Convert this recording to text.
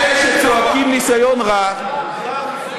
אלה שצועקים "ניסיון רע",